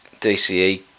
DCE